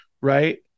right